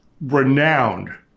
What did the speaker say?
renowned